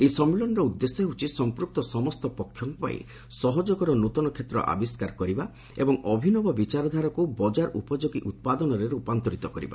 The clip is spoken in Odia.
ଏହି ସମ୍ମିଳନୀର ଉଦ୍ଦେଶ୍ୟ ହେଉଛି ସମ୍ପୁକ୍ତ ସମସ୍ତ ପକ୍ଷଙ୍କପାଇଁ ସହଯୋଗର ନୂଆ କ୍ଷେତ୍ର ଆବିଷ୍କାର କରିବା ଏବଂ ଅଭିନବ ବିଚାରଧାରାକୁ ବଜାର ଉପଯୋଗୀ ଉତ୍ପାଦନରେ ରୂପାନ୍ତରିତ କରିବା